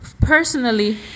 personally